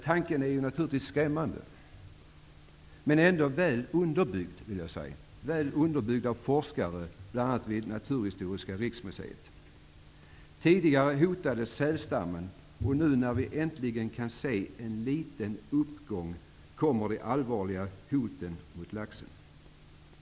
Tanken är naturligtvis skrämmande, men väl underbyggd av forskare bl.a. vid Naturhistoriska riksmuseet. Tidigare hotades sälstammen. Nu, när vi äntligen kan se en liten uppgång, kommer de allvarliga hoten mot laxen.